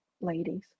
ladies